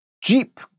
Jeep